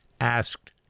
asked